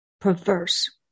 perverse